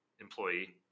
employee